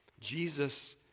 Jesus